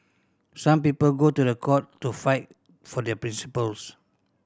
some people go to the court to fight for their principles